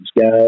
guys